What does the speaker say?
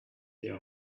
their